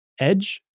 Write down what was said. edge